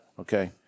okay